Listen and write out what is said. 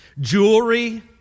Jewelry